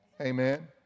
amen